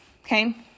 Okay